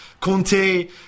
Conte